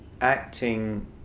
acting